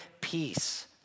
peace